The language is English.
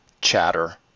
chatter